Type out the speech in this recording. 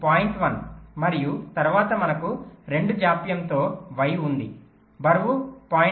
1 మరియు తరువాత మనకు 2 జాప్యం తో y ఉంది బరువు 0